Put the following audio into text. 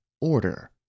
order